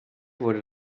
wurde